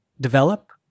develop